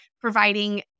providing